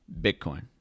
Bitcoin